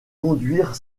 conduire